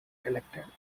elected